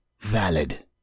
Valid